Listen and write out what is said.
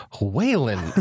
Whalen